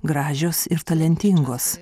gražios ir talentingos